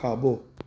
खाॿो